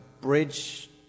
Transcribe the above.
bridge